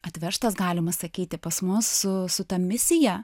atvežtas galima sakyti pas mus su ta misija